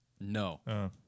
No